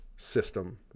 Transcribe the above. system